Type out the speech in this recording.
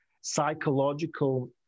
psychological